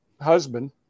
husband